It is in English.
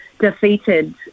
defeated